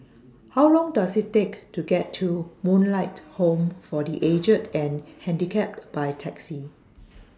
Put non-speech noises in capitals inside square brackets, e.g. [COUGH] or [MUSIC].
[NOISE] How Long Does IT Take to get to Moonlight Home For The Aged and Handicapped By Taxi